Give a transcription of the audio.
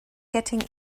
getting